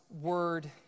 word